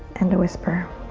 and whisper